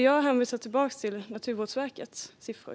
Jag hänvisar tillbaka till Naturvårdsverkets siffror.